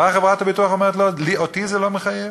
באה חברת הביטוח ואומרת: אותי זה לא מחייב,